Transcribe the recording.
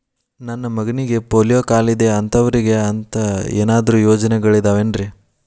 ನನ್ನ ಮಗನಿಗ ಪೋಲಿಯೋ ಕಾಲಿದೆ ಅಂತವರಿಗ ಅಂತ ಏನಾದರೂ ಯೋಜನೆಗಳಿದಾವೇನ್ರಿ?